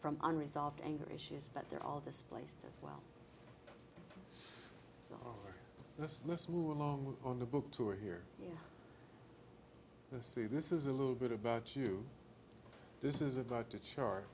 from unresolved anger issues but they're all displaced as well in this list more along on the book tour here you see this is a little bit about you this is about to charge